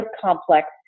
complex